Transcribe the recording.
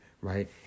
right